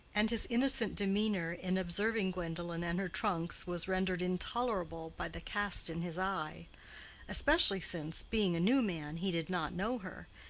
and his innocent demeanor in observing gwendolen and her trunks was rendered intolerable by the cast in his eye especially since, being a new man, he did not know her,